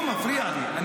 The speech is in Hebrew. הוא מפריע לי.